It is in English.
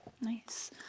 nice